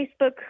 Facebook